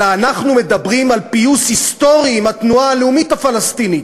אלא אנחנו מדברים על פיוס היסטורי עם התנועה הלאומית הפלסטינית.